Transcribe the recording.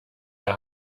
der